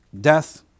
death